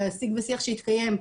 בשיג ושיח שהתקיים,